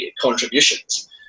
contributions